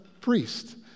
priest